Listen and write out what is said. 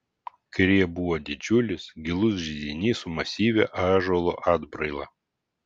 kairėje buvo didžiulis gilus židinys su masyvia ąžuolo atbraila